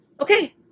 okay